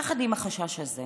יחד עם החשש הזה